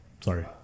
sorry